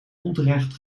onterecht